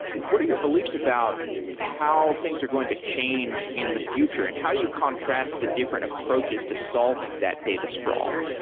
what are your beliefs about how things are going to change in the future and how you contrast the different approaches to solving that data sprawl?